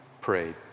prayed